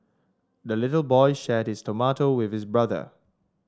the little boy shared his tomato with his brother